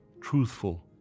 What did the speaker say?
truthful